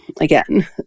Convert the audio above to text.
again